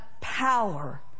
Power